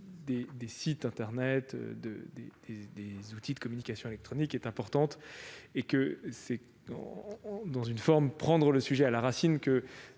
des sites internet, des outils de communication électronique, est importante. C'est, en quelque sorte, prendre le sujet à la racine que